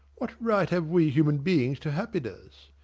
what right have we human beings to happiness?